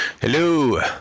Hello